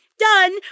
done